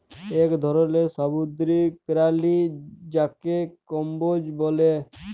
ইক ধরলের সামুদ্দিরিক পেরালি যাকে কম্বোজ ব্যলে